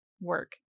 work